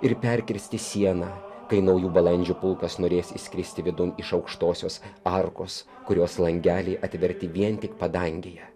ir perkirsti sieną kai naujų balandžių pulkas norės įskristi vidun iš aukštosios arkos kurios langeliai atverti vien tik padangėje